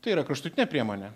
tai yra kraštutinė priemonė